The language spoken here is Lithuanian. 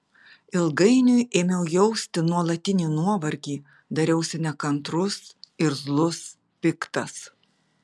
ilgainiui ėmiau jausti nuolatinį nuovargį dariausi nekantrus irzlus piktas